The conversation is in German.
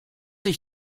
ich